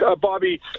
Bobby